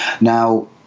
Now